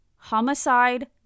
Homicide